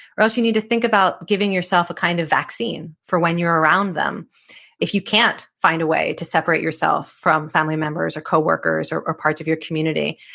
or else you need to think about giving yourself a kind of vaccine for when you're around them if you can't find a way to separate yourself from family members or coworkers or or parts of your community.